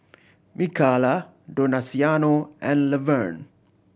Mikala Donaciano and Levern